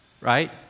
right